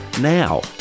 now